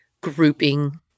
grouping